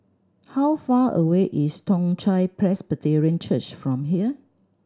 how far away is Toong Chai Presbyterian Church from here